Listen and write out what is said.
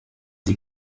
sie